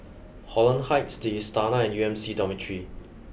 Holland Heights The Istana and U M C Dormitory